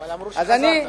אבל אמרו שחזרת.